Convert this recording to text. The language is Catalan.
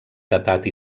datat